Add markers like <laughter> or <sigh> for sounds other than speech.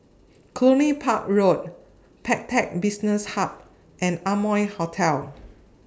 Cluny Park Road Pantech Business Hub and Amoy Hotel <noise>